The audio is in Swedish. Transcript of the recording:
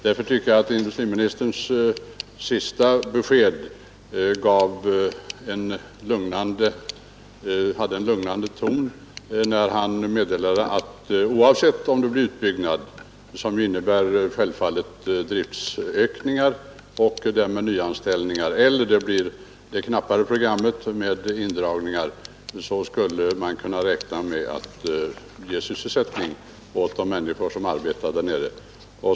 Därför tycker jag att det var en lugnande ton i industriministerns senaste besked, där han meddelande att man, oavsett om det blir fråga om en utbyggnad, som självfallet medför driftökningar och nyanställningar, eller ett mera begränsat program med indragningar som följd, skulle kunna räkna med sysselsättning åt de människor som arbetar där nere.